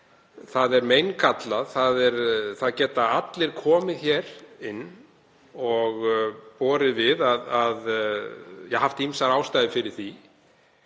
það er meingallað, það geta allir komið hér inn og borið því við að þeir hafi ýmsar ástæður fyrir því